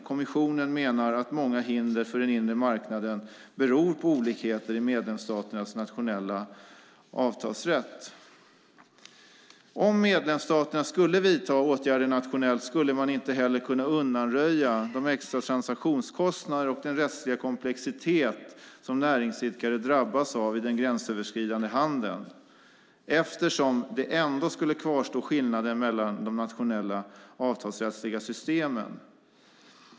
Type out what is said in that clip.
Kommissionen menar att många hinder för den inre marknaden beror på olikheter i medlemsstaternas nationella avtalsrätt. Om medlemsstaterna skulle vidta åtgärder nationellt skulle man inte heller kunna undanröja de extra transaktionskostnader och den rättsliga komplexitet som näringsidkare drabbas av i den gränsöverskridande handeln, eftersom det ändå skulle kvarstå skillnader mellan de nationella avtalsrättsliga systemen.